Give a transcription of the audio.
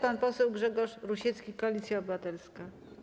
Pan poseł Grzegorz Rusiecki, Koalicja Obywatelska.